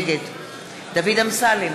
נגד דוד אמסלם,